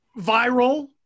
viral